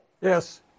Yes